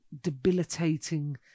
debilitating